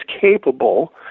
capable